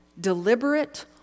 deliberate